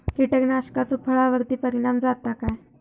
कीटकनाशकाचो फळावर्ती परिणाम जाता काय?